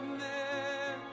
Amen